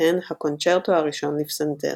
בהן הקונצ׳רטו הראשון לפסנתר.